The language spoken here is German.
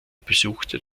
besuchte